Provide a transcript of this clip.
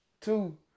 Two